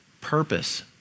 purpose